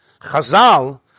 Chazal